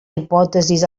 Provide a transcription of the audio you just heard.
hipòtesis